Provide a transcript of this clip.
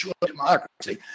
democracy